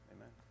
Amen